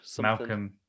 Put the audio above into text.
Malcolm